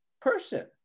person